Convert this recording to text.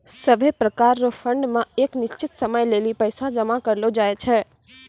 सभै प्रकार रो फंड मे एक निश्चित समय लेली पैसा जमा करलो जाय छै